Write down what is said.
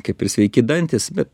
kaip ir sveiki dantys bet